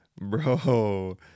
bro